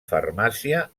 farmàcia